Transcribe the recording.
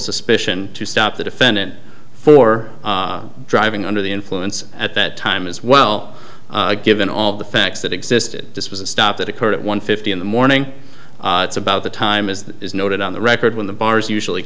suspicion to stop the defendant for driving under the influence at that time as well given all the facts that existed this was a stop that occurred at one fifty in the morning it's about the time as is noted on the record when the bars usually